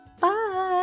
Bye